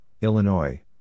Illinois